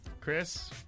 Chris